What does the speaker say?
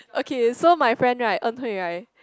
okay so my friend right En-Hui right